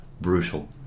brutal